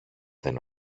δεν